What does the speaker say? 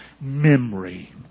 memory